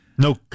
No